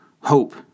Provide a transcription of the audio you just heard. hope